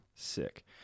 Sick